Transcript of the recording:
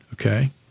okay